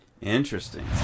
Interesting